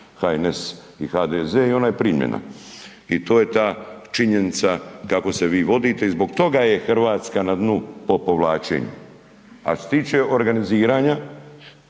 HNS i HDZ i ona je primljena. I to je ta činjenica kako se vi vodite i zbog toga je na dnu po povlačenju. A što se tiče organizirana